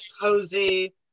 cozy